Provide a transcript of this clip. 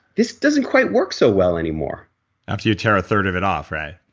this doesn't quite work so well anymore after you tear a third of it off, right?